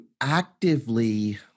actively